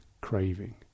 craving